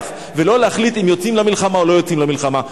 ולא להחליט אם יוצאים למלחמה או לא לצאת למלחמה.